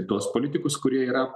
tuos politikus kurie yra